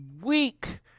week